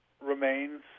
remains